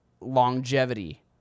longevity